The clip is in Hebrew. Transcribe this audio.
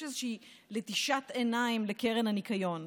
שיש איזושהי לטישת עיניים לקרן הניקיון,